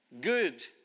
good